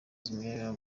zimwemerera